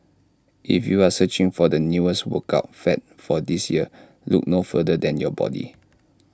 if you are searching for the newest workout fad for this year look no further than your body